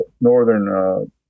northern